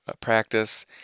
practice